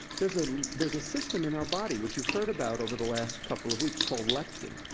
there's ah there's a system in our body, which you've heard about over the last couple of weeks called leptin.